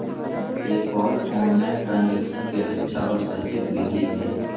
PayPal online transaction के अच्छा और सुरक्षित विधि हई